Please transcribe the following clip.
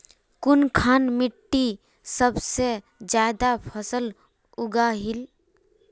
कुनखान मिट्टी सबसे ज्यादा फसल उगहिल?